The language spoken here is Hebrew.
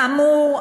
כאמור,